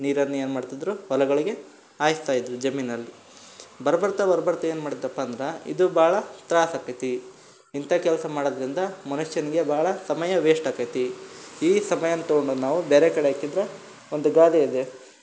ನೀರನ್ನು ಏನು ಮಾಡ್ತಿದ್ದರು ಹೊಲಗಳಿಗೆ ಹಾಯಿಸ್ತ ಇದ್ದರು ಜಮೀನಲ್ಲಿ ಬರುಬರ್ತ ಬರುಬರ್ತ ಏನು ಮಾಡಿದ್ರಪ್ಪ ಅಂದ್ರೆ ಇದು ಭಾಳ ತ್ರಾಸ ಆಗ್ತೈತೆ ಇಂಥ ಕೆಲಸ ಮಾಡೋದರಿಂದ ಮನುಷ್ಯನಿಗೆ ಭಾಳ ಸಮಯ ವೇಸ್ಟ್ ಆಕೈತೆ ಈ ಸಮಯನ್ನ ತಗೊಂಡು ನಾವು ಬೇರೆ ಕಡೆ ಹಾಕಿದ್ರ ಒಂದು ಗಾದೆ ಇದೆ